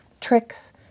tricks